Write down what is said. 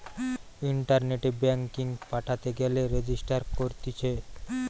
ইন্টারনেটে ব্যাঙ্কিং পাঠাতে গেলে রেজিস্টার করতিছে